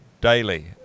daily